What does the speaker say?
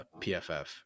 PFF